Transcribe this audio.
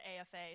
afa